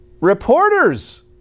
Reporters